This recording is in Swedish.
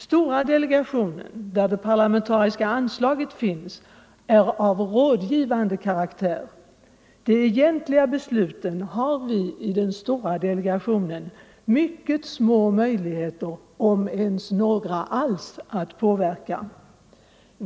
Stora delegationen, där det parlamentariska inslaget finns, är av rådgivande karaktär. De egentliga besluten har vi i den stora delegationen mycket små möjligheter, om ens några alls, att påverka.